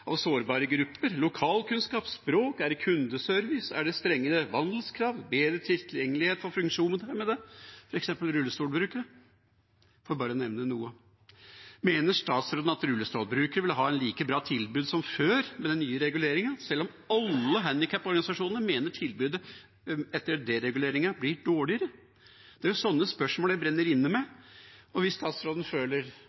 av sårbare grupper, lokalkunnskap, språk? Er det kundeservice? Er det strengere vandelskrav, bedre tilgjengelighet for funksjonshemmede, f.eks. rullestolbrukere – for bare å nevne noe? Mener statsråden at rullestolbrukere vil ha et like bra tilbud som før med den nye reguleringen, selv om alle handikapporganisasjonene mener tilbudet etter dereguleringen blir dårligere? Det er jo sånne spørsmål jeg brenner inne med.